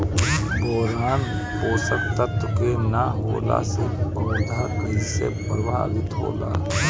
Boron पोषक तत्व के न होला से पौधा कईसे प्रभावित होला?